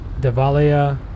Devalia